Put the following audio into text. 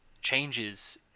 changes